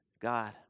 God